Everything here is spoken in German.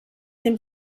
dem